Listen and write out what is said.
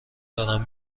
دارم